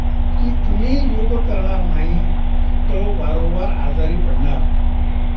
की तुम्ही योग करणार नाही तो वारंवार आजारी पडणार